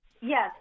Yes